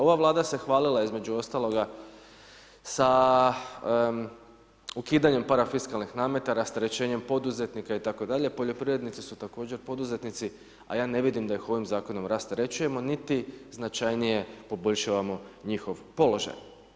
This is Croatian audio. Ova Vlada se hvalila između ostaloga sa ukidanjem parafiskalnih nameta, rasterećenjem poduzetnika itd., poljoprivrednici su također poduzetnici a ja ne vidim da ih on zakonom rasterećujemo niti značajnije poboljšavamo njihov položaj.